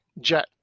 Jet